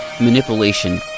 manipulation